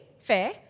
fair